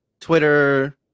Twitter